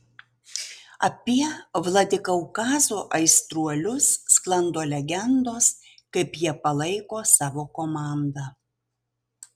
apie vladikaukazo aistruolius sklando legendos kaip jie palaiko savo komandą